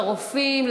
לרופאים,